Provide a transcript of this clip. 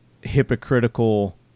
hypocritical